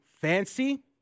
fancy